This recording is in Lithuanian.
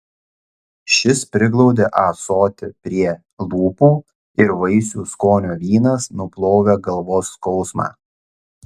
šis priglaudė ąsotį prie lūpų ir vaisių skonio vynas nuplovė galvos skausmą